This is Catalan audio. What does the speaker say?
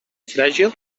fràgil